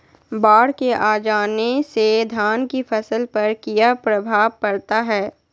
बाढ़ के आ जाने से धान की फसल पर किया प्रभाव पड़ता है?